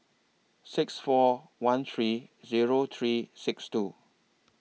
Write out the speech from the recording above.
six four one three Zero three six two